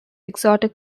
exotic